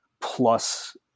plus